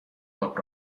تاپ